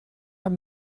our